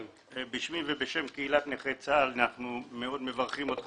בשמי ובשם קהילת נכי צה"ל אנחנו מברכים אותך